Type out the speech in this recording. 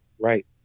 right